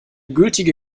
gültige